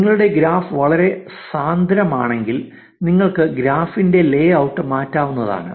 നിങ്ങളുടെ ഗ്രാഫ് വളരെ സാന്ദ്രമാണെങ്കിൽ നിങ്ങൾക്ക് ഗ്രാഫിന്റെ ലേഔട്ട് മാറ്റാവുന്നതാണ്